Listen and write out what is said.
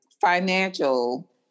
financial